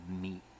meat